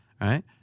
Right